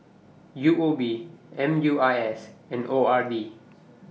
U O B M U I S and O R B